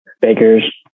Baker's